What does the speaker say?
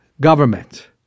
government